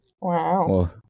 Wow